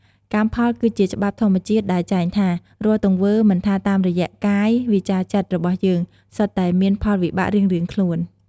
កម្មផលគឺជាច្បាប់ធម្មជាតិដែលចែងថា រាល់ទង្វើ មិនថាតាមរយៈ កាយ វាចា ចិត្ត របស់យើង សុទ្ធតែមានផលវិបាករៀងៗខ្លួន។